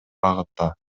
багытта